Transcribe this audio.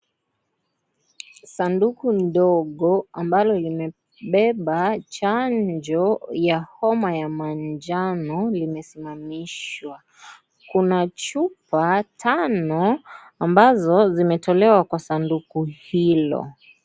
Sanduku ndogo ambalo limebeba chanjo ya homa ya manjano limesimamishwa. Kuna chupa tano ambazo zimetolewa kwa sanduku hilo.